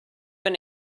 been